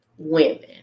women